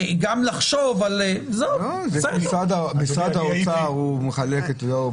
גם לחשוב על --- משרד האוצר מחלק אצלו.